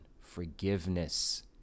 forgiveness